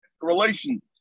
relations